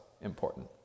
important